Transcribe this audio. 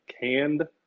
canned